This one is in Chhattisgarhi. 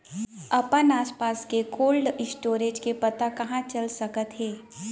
अपन आसपास के कोल्ड स्टोरेज के पता कहाँ चल सकत हे?